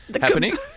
happening